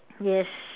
yes